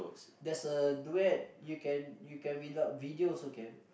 there's a duet you can you can without video also can